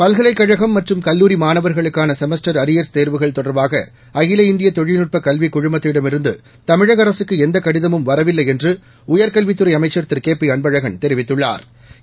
பல்கலைக்கழகம் மற்றும் கல்லூரி மாணவா்களுக்கான செமஸ்டர் அரியா்ஸ் தேர்வுகள் தொடர்பாக அகில இந்திய தொழில்நுட்ப கல்விக் குழுமத்திடமிருந்து தமிழக அரகக்கு எந்த கடிதழும் வரவில்லை என்று உயாகல்வித்துறை அமைச்சா் திரு கே பி அன்பழகன் தெரிவித்துள்ளாா்